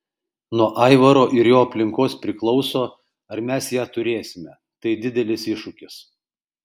nuo aivaro ir jo aplinkos priklauso ar mes ją turėsime tai didelis iššūkis